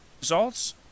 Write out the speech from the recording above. results